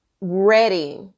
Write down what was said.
ready